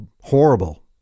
horrible